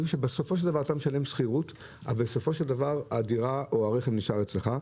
בסופו של דבר אתה משלם שכירות והדירה או הרכב נשארים אצלך.